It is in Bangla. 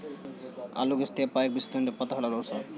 আলু গাছ থেকে পাওয়া এক বিশেষ ধরনের পাতা হল আলু শাক